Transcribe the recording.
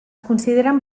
consideren